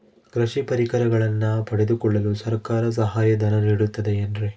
ಕೃಷಿ ಪರಿಕರಗಳನ್ನು ಪಡೆದುಕೊಳ್ಳಲು ಸರ್ಕಾರ ಸಹಾಯಧನ ನೇಡುತ್ತದೆ ಏನ್ರಿ?